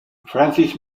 francis